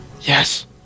Yes